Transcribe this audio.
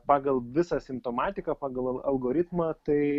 pagal visą simptomatiką pagal algoritmą tai